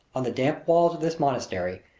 on the damp walls of this monastery,